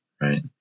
right